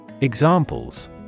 Examples